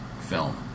film